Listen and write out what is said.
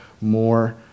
more